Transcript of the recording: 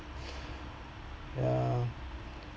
ya